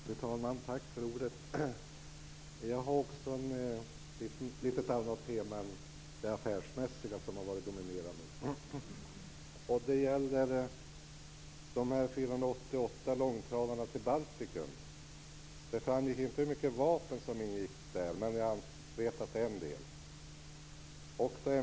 Fru talman! Jag har ett annat tema än det affärsmässiga, som har varit dominerande. Det gäller de 488 långtradarna till Baltikum. Det framgick inte hur många vapen som ingick, men jag vet att det är en del.